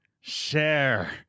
share